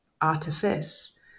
artifice